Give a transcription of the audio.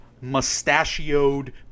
mustachioed